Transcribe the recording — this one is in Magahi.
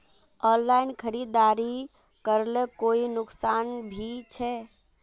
ऑनलाइन खरीदारी करले कोई नुकसान भी छे?